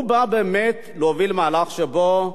הוא בא באמת להוביל מהלך שבו,